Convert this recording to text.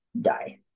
die